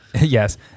yes